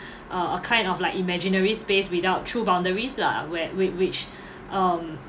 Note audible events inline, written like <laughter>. <breath> uh a kind of like imaginary space without true boundaries lah where whi~ which <breath> um